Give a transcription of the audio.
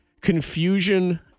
confusion